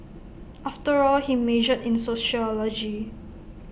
after all he majored in sociology